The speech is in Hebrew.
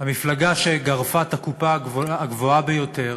והמפלגה שגרפה את הקופה הגדולה ביותר